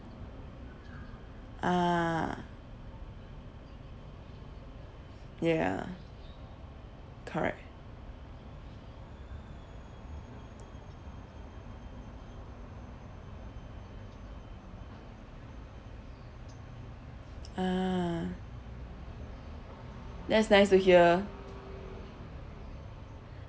ah ya correct ah that's nice to hear